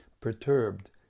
perturbed